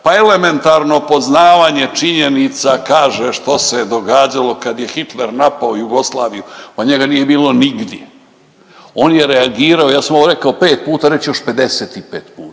pa elementarno poznavanje činjenica kaže što se događalo kad je Hitler napao Jugoslavije, pa njega nije bilo nigdje. On je reagirao ja sam ovo rekao pet puta reću još 55 puta,